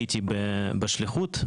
הייתי בשליחות,